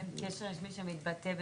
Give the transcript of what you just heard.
קשר רשמי שמתבטא במה?